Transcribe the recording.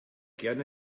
gerne